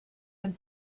and